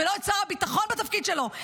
-- ולא את שר הביטחון בתפקיד שלו,